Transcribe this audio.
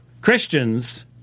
Christians